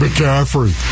McCaffrey